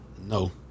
No